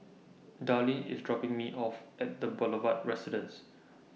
Darline IS dropping Me off At The Boulevard Residence